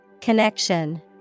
Connection